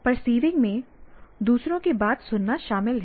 perceiving में दूसरों की बात सुनना शामिल है